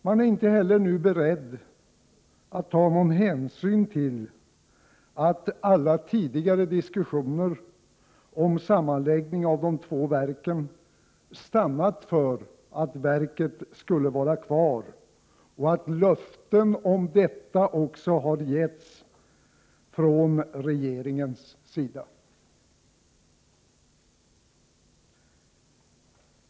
Man är inte heller nu beredd att ta någon hänsyn till att alla tidigare diskussioner om sammanläggning av de två verken resulterat i att verket skulle vara kvar och att löften om detta också har getts från regeringens sida.